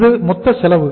இது மொத்த செலவு